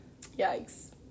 yikes